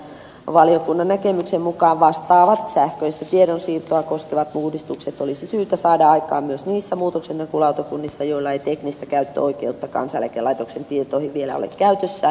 niin ikään valiokunnan näkemyksen mukaan vastaavat sähköistä tiedonsiirtoa koskevat uudistukset olisi syytä saada aikaan myös niissä muutoksenhakulautakunnissa joilla ei teknistä käyttöyhteyttä kansaneläkelaitoksen tietoihin vielä ole käytössään